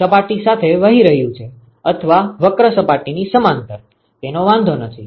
સપાટી સાથે વહી રહ્યું છે અથવા વક્ર સપાટીની સમાંતર તેનો વાંધો નથી